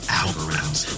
algorithms